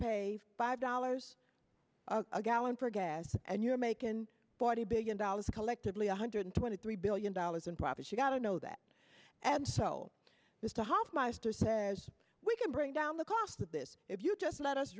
pay five dollars a gallon for gas and you're making forty billion dollars collectively one hundred twenty three billion dollars in profits you got to know that and sell this to hofmeister says we can bring down the cost of this if you just let us